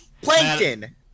Plankton